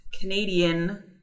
Canadian